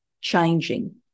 changing